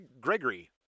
Gregory